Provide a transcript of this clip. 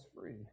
free